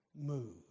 move